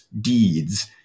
deeds